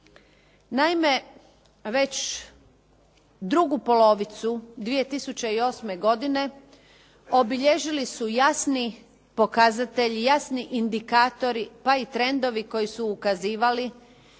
Naime, već drugu polovicu 2008. godine obilježili su jasni pokazatelji, jasni indikatori pa i trendovi koji su ukazivali